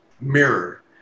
mirror